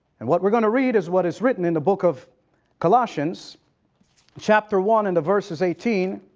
and what we're going to read is what is written in the book of colossians chapter one and the verse is eighteen.